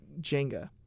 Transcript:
Jenga